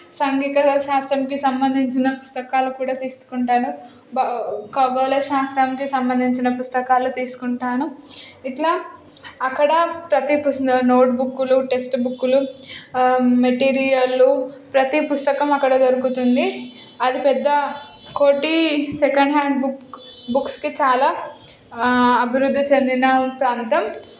సాంఘిక శాస్త్రానికి సంబంధించిన పుస్తకాలు కూడా తీసుకుంటాను బ ఖగోళ శాస్త్రానికి సంబంధించిన పుస్తకాలు తీసుకుంటాను ఇట్లా అక్కడ ప్రతి పుస్త నోట్ బుక్కులు టెస్ట్ బుక్కులు మెటీరియల్లు ప్రతి పుస్తకం అక్కడ దొరుకుతుంది అది పెద్ద కోటి సెకండ్ హ్యాండ్ బుక్ బుక్స్కి చాలా అభివృద్ధి చెందిన ప్రాంతం